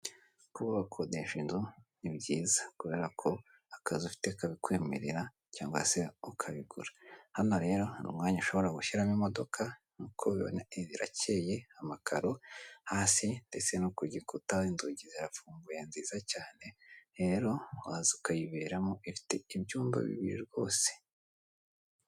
Kuba wakodesha inzu ni byiza kubera ko akazi ufite kabikwemerera cyangwa se ukabigura, hano rero hari umwanya ushobora gushyiramo imodoka nk'uko ibibona inzu iracye amakaro hasi ndetse no kugikutaho inzugi zirafunguye nziza cyane, rero waza ukayiberamo ifite ibyumba bibiri rwose.